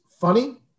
funny